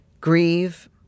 Grieve